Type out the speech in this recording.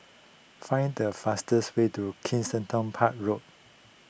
find the fastest way to Kensington Park Road